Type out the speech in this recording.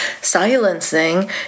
silencing